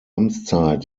amtszeit